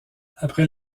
après